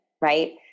right